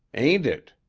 ain't it,